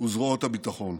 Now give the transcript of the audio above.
וזרועות הביטחון.